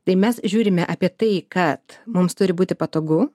tai mes žiūrime apie tai kad mums turi būti patogu